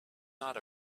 not